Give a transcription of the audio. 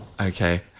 Okay